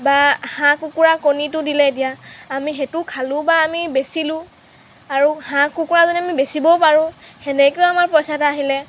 বা হাঁহ কুকুৰাৰ কণীটো দিলে এতিয়া আমি সেইটোও খালোঁ বা আমি বেচিলোঁ আৰু হাঁহ কুকুৰাজনী আমি বেচিবও পাৰোঁ সেনেকৈও আমাৰ পইচা এটা আহিলে